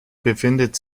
befindet